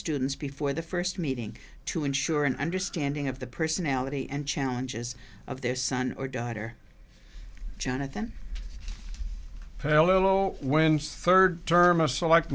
students before the first meeting to ensure an understanding of the personality and challenges of their son or daughter jonathan palo when's third term of select